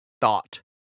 thought